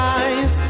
eyes